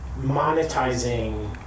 monetizing